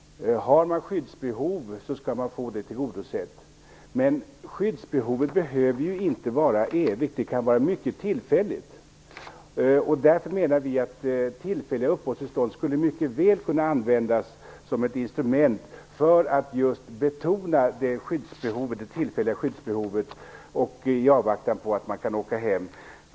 Har man skyddsbehov skall man få sitt behov tillgodosett. Men skyddsbehovet behöver inte evigt, det kan vara mycket tillfälligt. Därför menar vi att tillfälliga uppehållstillstånd skulle mycket väl kunna användas som ett instrument för att betona det tillfälliga skyddsbehovet i avvaktan på att få åka hem.